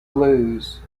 lose